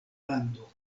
lando